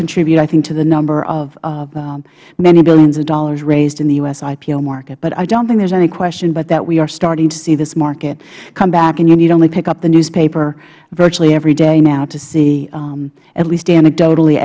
contribute to the number of many billions of dollars raised in the ipo market but i don't think there is any question but that we are starting to see this market come back and you need only pick up the newspaper virtually every day now to see at least anecdotally